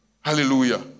Hallelujah